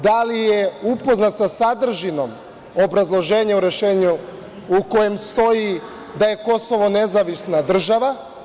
Da li je upoznat sa sadržinom obrazloženja u rešenju, u kojem stoji da je Kosovo nezavisna država?